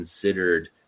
considered